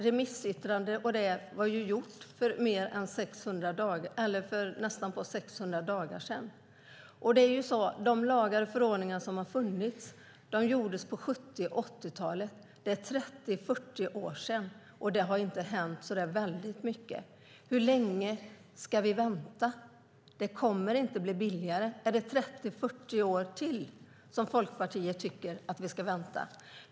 Remissyttranden och så vidare gjordes för nästan 600 dagar sedan. De lagar och förordningar som har funnits skapades på 70 och 80-talen. Det är 30-40 år sedan, och det har inte hänt så väldigt mycket. Hur länge ska vi vänta? Det kommer inte att bli billigare. Är det 30-40 år till Folkpartiet tycker att vi ska vänta?